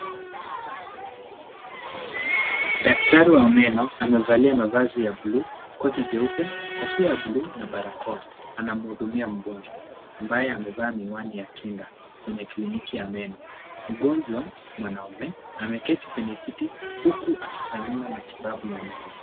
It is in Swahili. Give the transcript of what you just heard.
Daktari wa meno amevalia mavazi ya blue, koti jeupe, kofia ya blue na barokoa anamhudumia ambaye mgonjwa ambaye amevaa miwani ya kinga kwenye kliniki ya meno. Mgonjwa mwanaume ameketi kwenye kiti huku akifanyiwa matibabu ya meno.